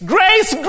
Grace